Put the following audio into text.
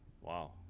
Wow